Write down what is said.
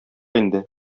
инде